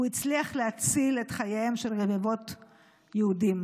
הוא הצליח להציל את חייהם של רבבות יהודים.